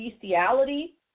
bestiality